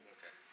Okay